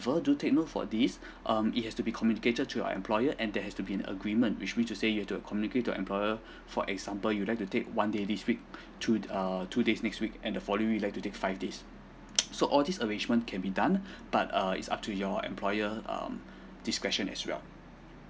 do take note for this um it has to be communicated to your employer and that has to be an agreement which mean to say you have to communicate to your employer for example you would like to take one day this week two err two days next week and the following you'd like to take five days so all this arrangement can be done but err it's up to your employer um discretion as well